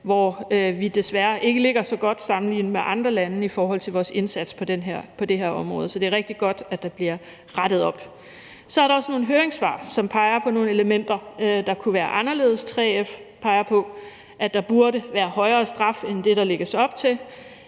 hvor vi desværre ikke ligger så godt sammenlignet med andre lande i forhold til vores indsats på det her område. Så det er rigtig godt, at der bliver rettet op. Så er der også nogle høringssvar, som peger på nogle elementer, der kunne være anderledes. 3F peger på, at der burde være højere straf end det, der lægges op til.